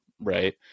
right